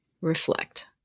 reflect